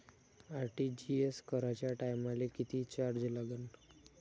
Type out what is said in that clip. RTGS कराच्या टायमाले किती चार्ज लागन?